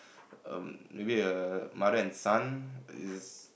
um maybe a mother and son is